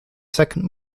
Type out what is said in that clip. second